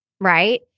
right